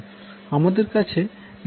আমাদের কাছে ZL load যুক্ত রয়েছে